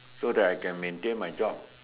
so that I can maintain my job